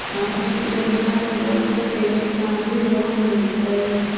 हमनी के बिना जमानत के ऋण माने लोन मिलतई?